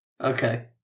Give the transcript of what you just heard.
okay